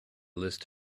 list